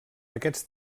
aquests